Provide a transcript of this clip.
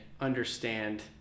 understand